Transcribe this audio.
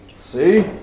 See